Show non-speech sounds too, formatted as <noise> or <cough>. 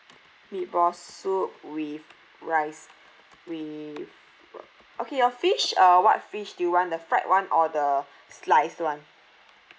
meat ball soup with rice with okay your fish uh what fish do you want the fried [one] or the <breath> slice [one]